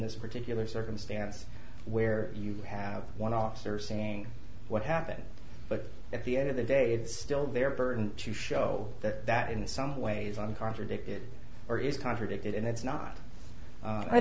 this particular circumstance where you have one officer saying what happened but at the end of the day it's still their burden to show that that in some ways one contradicted or is contradicted and it's not